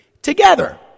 Together